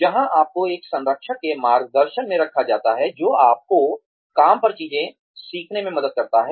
जहां आपको एक संरक्षक के मार्गदर्शन में रखा जाता है जो आपको काम पर चीजें सीखने में मदद करता है